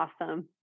awesome